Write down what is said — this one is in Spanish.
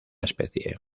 especie